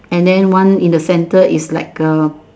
and then one in the center is like a